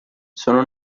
sono